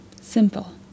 Simple